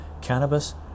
cannabis